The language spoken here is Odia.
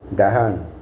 ଡାହାଣ